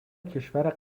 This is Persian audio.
کشور